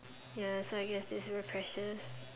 ya so I guess this is very precious